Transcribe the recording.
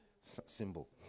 symbol